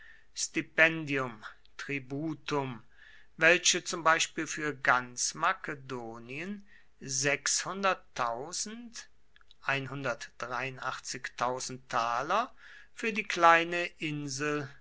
welche zum beispiel für ganz makedonien für die kleine insel